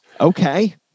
Okay